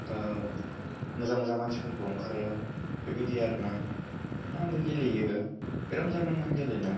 मोजां मोजां मानसिफोरखौ ओंखारो बेबायदि आरो ना इदिनो आंबो गेलेयो बिराद मोजां नाङो आं गेलेनो